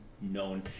known